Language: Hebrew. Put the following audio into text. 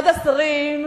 אחד השרים,